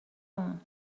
اون